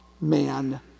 Man